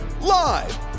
Live